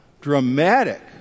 dramatic